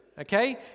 Okay